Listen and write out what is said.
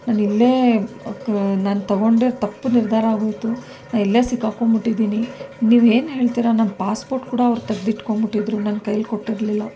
ನಾನು ಇಲ್ಲೇ ನಾನು ತೊಗೊಂಡಿದ್ದ ತಪ್ಪು ನಿರ್ಧಾರ ಆಗೋಯಿತು ನಾನು ಇಲ್ಲೇ ಸಿಕ್ಕಾಕೊಂಡ್ಬಿಟ್ಟಿದ್ದೀನಿ ನೀವು ಏನು ಹೇಳ್ತೀರ ನನ್ನ ಪಾಸ್ಪೋರ್ಟ್ ಕೂಡ ಅವ್ರು ತೆಗ್ದಿಟ್ಕೊಂಡು ಬಿಟ್ಟಿದ್ದರು ನನ್ನ ಕೈಲಿ ಕೊಟ್ಟಿರಲಿಲ್ಲ